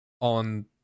on